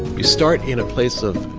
you start in a place of.